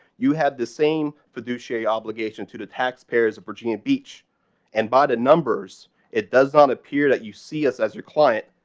you have the same fiduciary obligation to the taxpayers of virginia beach and by the numbers it does not appear that you see us as your client,